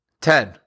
Ten